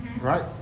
Right